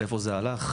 לאיפה זה הלך,